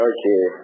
Okay